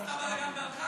עשתה בלגן והלכה?